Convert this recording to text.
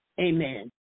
Amen